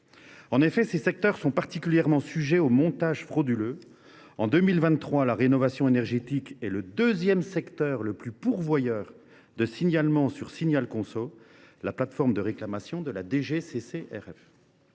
En effet, ces secteurs sont particulièrement sujets aux montages frauduleux : en 2023, la rénovation énergétique est le deuxième secteur le plus pourvoyeur de signalements sur SignalConso, la plateforme de réclamation de la DGCCRF.